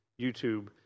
YouTube